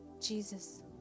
Jesus